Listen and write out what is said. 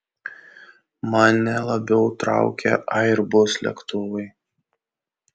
mane labiau traukia airbus lėktuvai